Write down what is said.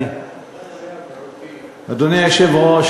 אדוני אדוני היושב-ראש,